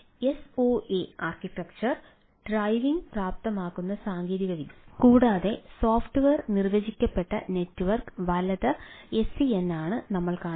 അതിനാൽ എസ്ഒഎ ആർക്കിടെക്ചറിൽ ഡ്രൈവിംഗ് പ്രാപ്തമാക്കുന്ന സാങ്കേതികവിദ്യയാണ് കൂടാതെ സോഫ്റ്റ്വെയർ നിർവചിക്കപ്പെട്ട നെറ്റ്വർക്ക് വലത് എസ്ഡിഎൻ ആണ് നമ്മൾകാണുന്നത്